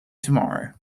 tomorrow